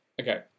Okay